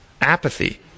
apathy